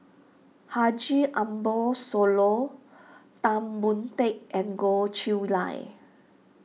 Haji Ambo Sooloh Tan Boon Teik and Goh Chiew Lye